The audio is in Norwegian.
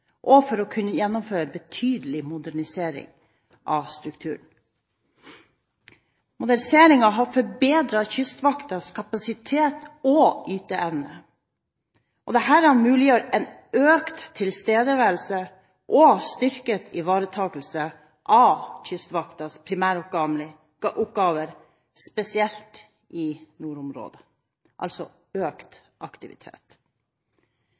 og for å kunne gjennomføre betydelig modernisering av strukturen. Moderniseringen har forbedret Kystvaktens kapasitet og yteevne, og dette muliggjør en økt tilstedeværelse og styrket ivaretakelse av Kystvaktens primæroppgaver, spesielt i nordområdene – altså økt aktivitet.